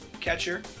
catcher